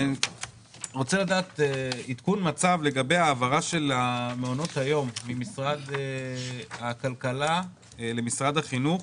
אני רוצה עדכון מצב לגבי ההעברה של מעונות היום ממשרד הכלכלה לחינוך.